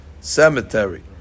cemetery